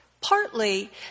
partly